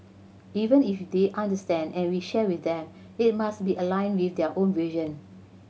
even if they understand and we share with them it must be aligned with their own vision